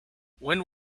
when